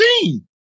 team